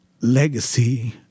legacy